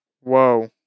Whoa